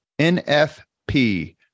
NFP